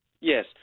Yes